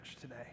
today